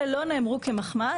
אלה לא נאמרו כמחמאה,